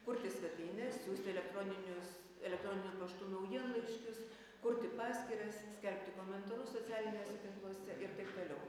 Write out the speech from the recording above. kurti svetaines siųsti elektroninius elektroniniu paštu naujienlaiškius kurti paskyras skelbti komentarus socialiniuose tinkluose ir taip toliau